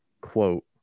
quote